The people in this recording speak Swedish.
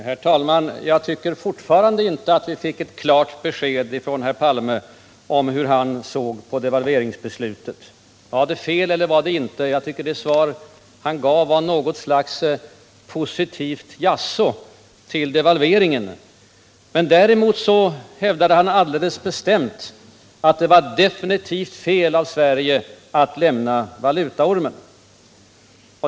Herr talman! Jag tycker fortfarande inte att vi fick ett klart besked från herr Palme om hur han såg på devalveringsbeslutet. Var det fel eller var det inte fel? Jag tycker att det svar han gav var något slags positivt jaså till devalveringen. Däremot hävdade han alldeles bestämt, att det var definitivt fel av Sverige att lämna valutaormen.